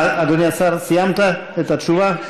אדוני השר, סיימת את התשובה?